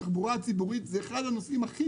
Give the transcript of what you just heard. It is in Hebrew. התחבורה הציבורית היא אחד הנושאים הכי